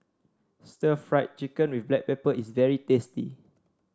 Stir Fried Chicken with Black Pepper is very tasty